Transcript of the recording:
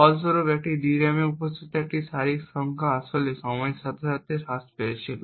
ফলস্বরূপ একটি DRAM এ উপস্থিত এই জাতীয় সারির সংখ্যা আসলে সময়ের সাথে সাথে হ্রাস পেয়েছিল